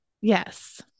Yes